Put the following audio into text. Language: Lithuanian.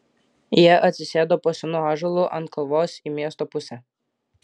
jie atsisėdo po senu ąžuolu ant kalvos į miesto pusę